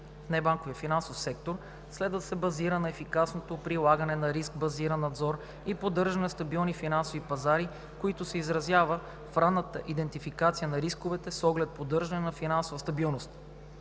в небанковия финансов сектор следва да се базира на ефективното прилагане на риск-базиран надзор и поддържане на стабилни финансови пазари, който се изразява в ранната идентификация на рисковете с оглед поддържане на финансова стабилност;